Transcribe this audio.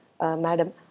madam